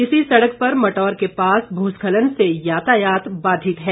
इसी सड़क पर मटौर के पास भूस्खलन से यातायात बाधित है